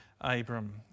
Abram